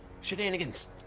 shenanigans